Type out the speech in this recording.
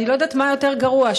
אני לא יודעת מה יותר גרוע,